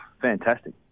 fantastic